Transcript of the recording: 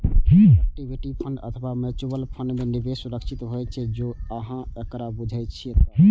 equity fund अथवा mutual fund मे निवेश सुरक्षित होइ छै, जौं अहां एकरा बूझे छियै तब